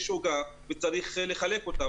יש עוגה וצריך לחלק אותה,